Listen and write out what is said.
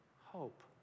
hope